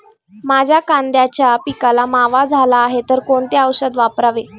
माझ्या कांद्याच्या पिकाला मावा झाला आहे तर कोणते औषध वापरावे?